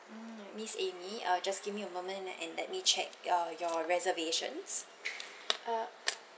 mm miss amy uh just give me a moment and let me check uh your reservations uh